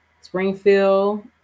springfield